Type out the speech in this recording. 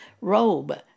robe